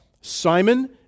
Simon